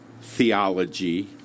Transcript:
theology